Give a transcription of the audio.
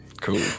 cool